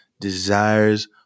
desires